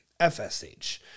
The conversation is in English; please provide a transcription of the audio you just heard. FSH